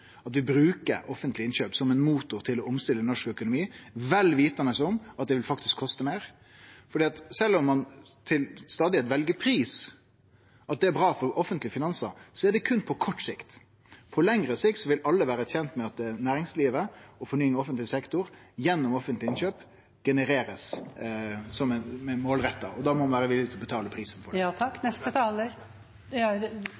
at vi bruker offentlege innkjøp som ein motor til å omstille norsk økonomi, vel vitande om at det faktisk vil koste meir. For sjølv om ein til stadigheit vel pris, at det er bra for offentlege finansar, er det berre på kort sikt. På lengre sikt vil alle vere tente med, òg næringslivet, at fornying av offentleg sektor gjennom offentlege innkjøp blir generert meir målretta, og da må ein vere villig til å betale prisen